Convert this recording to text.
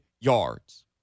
yards